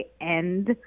end